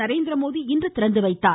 நரேந்திரமோடி இன்று திறந்து வைத்தார்